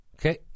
Okay